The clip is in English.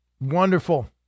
Wonderful